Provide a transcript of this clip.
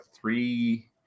three